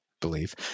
believe